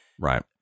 Right